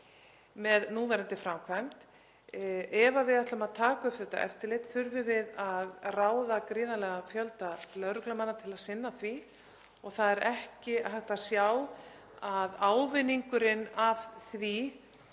með núverandi framkvæmd. Ef við ætlum að taka upp þetta eftirlit þurfum við að ráða gríðarlegan fjölda lögreglumanna til að sinna því og það er ekki hægt að sjá að ávinningurinn af því